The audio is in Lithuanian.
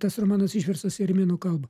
tas romanas išverstas į armėnų kalbą